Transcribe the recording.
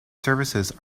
services